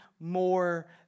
more